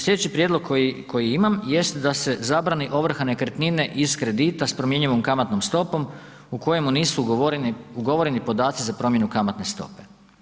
Slijedeći prijedlog koji imam jest da se zabrani ovrha nekretnine iz kredita s promjenljivom kamatnom stopom u kojemu nisu ugovoreni podaci za promjenu kamatne stope.